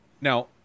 now